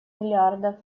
миллиардов